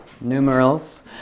numerals